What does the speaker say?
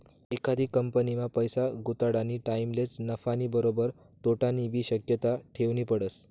एखादी कंपनीमा पैसा गुताडानी टाईमलेच नफानी बरोबर तोटानीबी शक्यता ठेवनी पडस